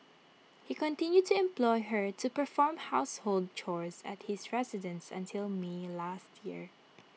he continued to employ her to perform household chores at his residence until may last year